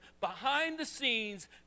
behind-the-scenes